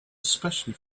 especially